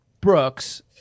Brooks